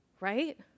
Right